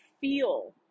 feel